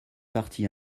partie